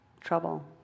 trouble